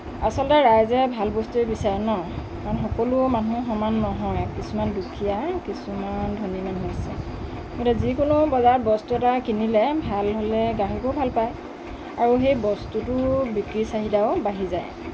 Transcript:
আচলতে ৰাইজে ভাল বস্তুৱেই বিচাৰে ন কাৰণ সকলো মানুহ সমান নহয় কিছুমান দুখীয়া কিছুমান ধনী মানুহ আছে গতিকে যিকোনো বজাৰত বস্তু এটা কিনিলে ভাল হ'লে গ্ৰাহকেও ভাল পায় আৰু সেই বস্তুটো বিক্ৰী চাহিদাও বাঢ়ি যায়